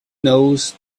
knows